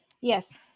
Yes